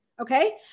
Okay